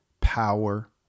power